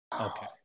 Okay